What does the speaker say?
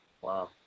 Wow